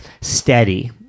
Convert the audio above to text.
steady